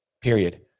period